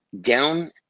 down